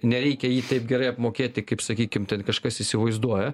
nereikia jį taip gerai apmokėti kaip sakykim kažkas įsivaizduoja